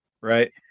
Right